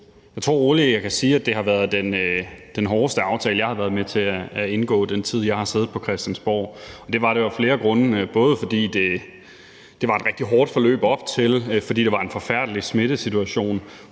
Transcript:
Jeg tror roligt, jeg kan sige, at det har været den hårdeste aftale, jeg har været med til at indgå i den tid, jeg har siddet på Christiansborg. Det har det været af flere grunde, både fordi det var et rigtig hårdt forløb op til, fordi det var en forfærdelig smittesituation,